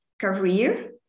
career